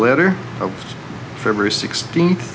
letter of february sixteenth